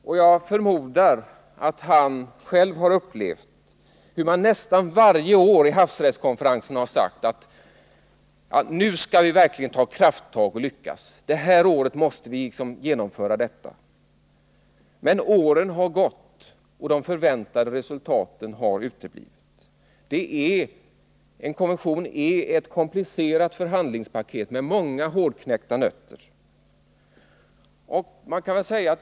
Och jag förmodar att han själv har upplevt hur man nästan varje år vid havsrättskonferensen har sagt: Nu skall vi verkligen ta kraffttag och lyckas — detta år måste vi genomföra detta. Men åren har gått, och de förväntade resultaten har uteblivit. En konvention är ett komplicerat förhandlingspaket med många hårdknäckta nötter.